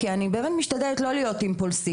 כי אני באמת משתדלת לא להיות אימפולסיבית,